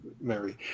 Mary